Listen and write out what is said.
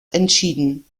entschieden